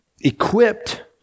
equipped